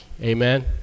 Amen